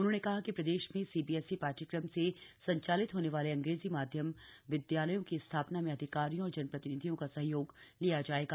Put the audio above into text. उन्होंने कहा कि प्रदेश में सीबीएसई पाठ्यक्रम से संचालित होने वाले अंग्रेजी माध्यम विद्यालयों की स्थापना में अधिकारियों और जनप्रतिनिधियों का सहयोग लिया जाएगा